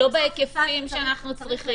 לא בהיקפים שאנחנו צריכים.